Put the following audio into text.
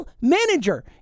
manager